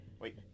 Wait